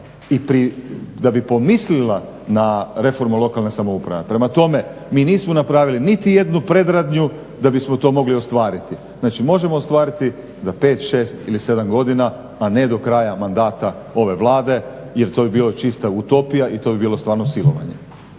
da bi pomislila na reformu lokalne samouprave. Prema tome, mi nismo napravili niti jednu predradnju da bismo to mogli ostvariti. Znači možemo ostvariti za 5, 6 ili 7 godina, a ne do kraja mandata ove Vlade jer to bi bila čista utopija i to bi bilo stvarno silovanje.